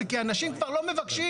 זה כי אנשים כבר לא מבקשים.